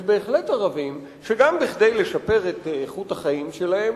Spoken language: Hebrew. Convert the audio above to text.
יש בהחלט ערבים שגם כדי לשפר את איכות החיים שלהם